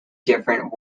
different